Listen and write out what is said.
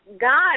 God